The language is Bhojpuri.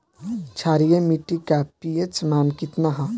क्षारीय मीट्टी का पी.एच मान कितना ह?